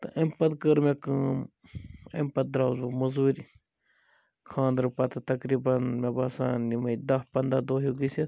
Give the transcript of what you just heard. تہٕ اَمہِ پَتہٕ کٔر مےٚ کٲم اَمہِ پَتہٕ درٛاوُس بہٕ مزوٗرِ خاندرٕ پَتہٕ تَقریٖبًا مےٚ باسان یمٔے داہ پَندہ دۄہ ہیٛو گٔژھِتھ